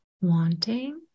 wanting